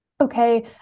okay